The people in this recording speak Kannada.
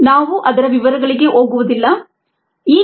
ನಾವು ಅದರ ವಿವರಗಳಿಗೆ ಹೋಗುವುದಿಲ್ಲ ಇ